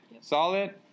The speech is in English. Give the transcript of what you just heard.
Solid